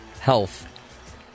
health